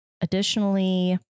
additionally